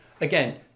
again